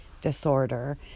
disorder